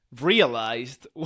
realized